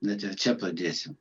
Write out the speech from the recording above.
net ir čia pradėsiu